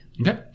Okay